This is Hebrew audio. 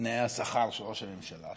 תנאי השכר של ראש הממשלה,